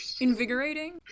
Invigorating